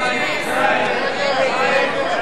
סעיף 55 נתקבל.